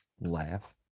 laugh